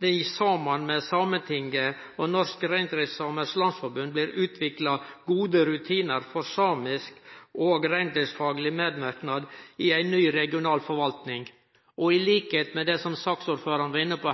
det saman med Sametinget og Norske Reindriftssamers Landsforbund blir utvikla gode rutinar for samisk og reindriftsfagleg medverknad i ei ny, regional forvalting. Som ordførar for saka var inne på,